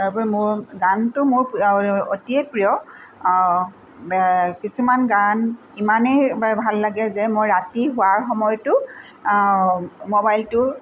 তাৰোপৰি মোৰ গানটো মোৰ অতিয়ে প্ৰিয় কিছুমান গান ইমানেই ভাল লাগে যে মই ৰাতি শোৱাৰ সময়তো ম'বাইলটো